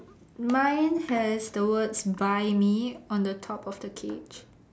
mine has the words buy me on the top of the cage